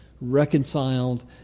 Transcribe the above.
reconciled